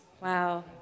Wow